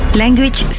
language